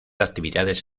actividades